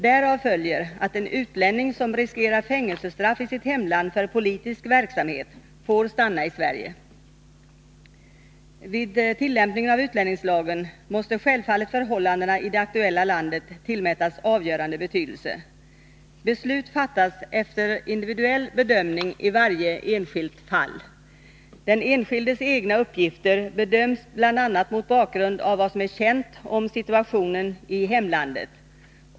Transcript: Därav följer att en utlänning som riskerar fängelsestraff i sitt hemland för politisk verksamhet får stanna i Sverige. Vid tillämpningen av utlänningslagen måste självfallet förhållandena i det aktuella landet tillmätas avgörande betydelse. Beslut fattas efter en individuell bedömning i varje enskilt fall. Den enskildes egna uppgifter bedöms bl.a. mot bakgrund av vad som är känt om situationen i hemlandet.